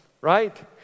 Right